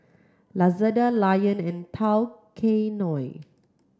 Lazada Lion and Tao Kae Noi